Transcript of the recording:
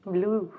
Blue